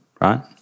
right